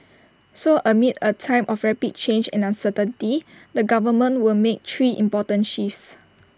so amid A time of rapid change and uncertainty the government will make three important shifts